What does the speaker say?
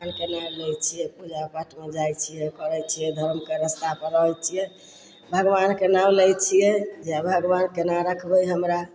भगवानके नाम लै छियै पूजा पाठमे जाइ छियै करय छियै धरमके रास्तापर रहय छियै भगवानके नाम लै छियै जय भगवान केना रखबै हमरा